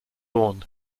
lawn